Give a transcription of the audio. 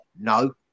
no